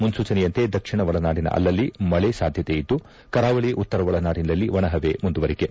ಮುನ್ಲೂಚನೆಯಂತೆ ದಕ್ಷಿಣ ಒಳನಾಡಿನ ಅಲ್ಲಲ್ಲಿ ಮಳೆಯಾಗುವ ಸಾಧ್ಯತೆ ಇದ್ದು ಕರಾವಳಿ ಉತ್ತರ ಒಳನಾಡಿನಲ್ಲಿ ಒಣಹವೆ ಮುಂದುವರೆಯಲಿದೆ